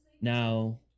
now